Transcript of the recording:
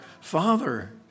Father